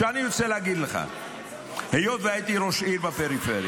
אני רוצה להגיד לך, היות שהייתי ראש עיר בפריפריה,